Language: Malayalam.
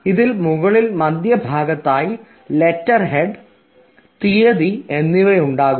ഇതിൽ മുകളിൽ മധ്യഭാഗത്തായി ലെറ്റർ ഹെഡ് തീയതി എന്നിവ ഉണ്ടാകും